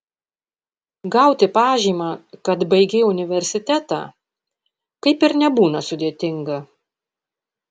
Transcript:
gauti pažymą kad baigei universitetą kaip ir nebūna sudėtinga